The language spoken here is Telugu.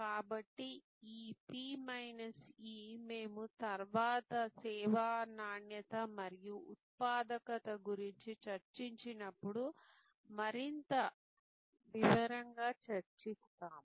కాబట్టి ఈ P మైనస్ E మేము తరువాత సేవ నాణ్యత మరియు ఉత్పాదకత గురించి చర్చించినప్పుడు మరింత వివరంగా చర్చిస్తాము